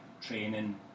training